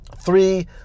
Three